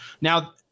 Now